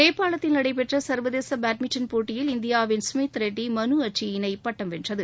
நேபாளத்தில் நடைபெற்ற சர்வதேச பேட்மிண்டன் போட்டியில் இந்தியாவின் ஸ்மித் ரெட்டி மனு அட்ரி இணை பட்டம் வென்றது